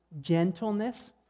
gentleness